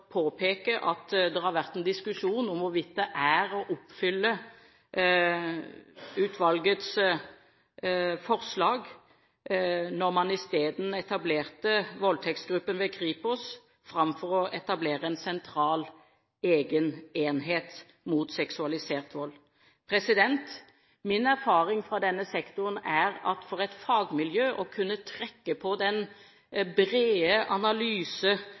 påpeke at det har vært en diskusjon om hvorvidt det var å oppfylle utvalgets forslag da man etablerte voldtektsgruppen ved Kripos, framfor å etablere en sentral, egen enhet mot seksualisert vold. Min erfaring fra denne sektoren er at for et fagmiljø å kunne trekke på den brede analyse